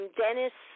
dennis